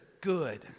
good